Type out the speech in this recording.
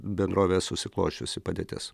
bendrovėje susiklosčiusi padėtis